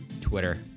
Twitter